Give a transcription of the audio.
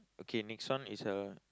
okay next one is uh